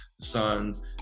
sun